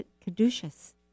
caduceus